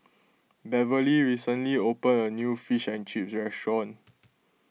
Beverlee recently opened a new Fish and Chips restaurant